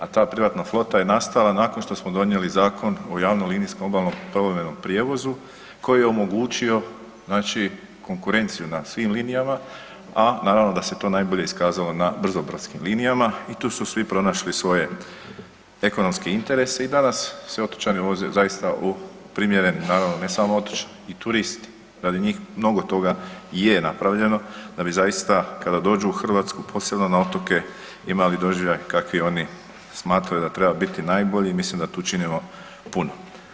A ta privatna flota je nastala nakon što smo donijeli Zakon o javnolinijskom obalnom povremenom prijevozu koji je omogući znači konkurenciju na svim linijama, a znači da se to najbolje iskazalo na brzobrodskim linijama i tu su svi pronašli svoje ekonomske interese i danas se otočani voze zaista u primjerenim, naravno ne samo otočani i turisti, radi njih mnogo toga je napravljeno da bi zaista kada dođu u Hrvatsku posebno na otoke imali doživljaj kakvi oni smatraju da treba biti najbolji i mislim da tu činimo puno.